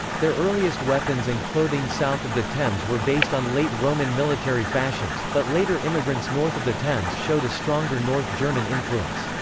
their earliest weapons and clothing south of the thames were based on late roman military fashions, but later immigrants north of the thames showed a stronger north german influence.